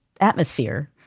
atmosphere